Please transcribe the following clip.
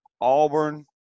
Auburn